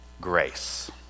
grace